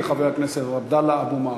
וחבר הכנסת עבדאללה אבו מערוף.